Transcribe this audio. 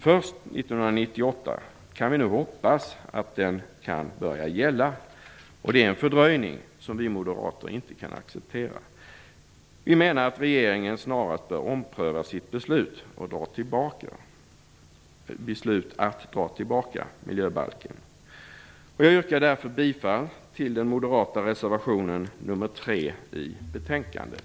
Först 1998 kan vi nu hoppas att den kan börja gälla, och det är en fördröjning som vi moderater inte kan acceptera. Vi menar att regeringen snarast bör ompröva sitt beslut att dra tillbaka förslaget till miljöbalk. Jag yrkar därför bifall till den moderata reservationen nr 3 till betänkandet.